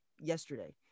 yesterday